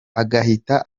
agahita